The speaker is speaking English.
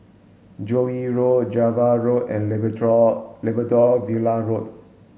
Joo Yee Road Java Road and Labrador Villa Road